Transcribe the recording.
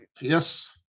Yes